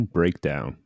Breakdown